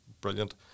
brilliant